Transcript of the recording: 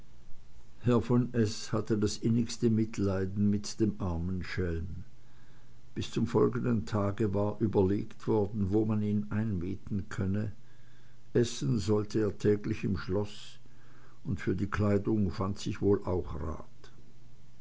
herr von s hatte das innigste mitleiden mit dem armen schelm bis zum folgenden tage war überlegt worden wo man ihn einmieten könne essen sollte er täglich im schlosse und für kleidung fand sich auch wohl rat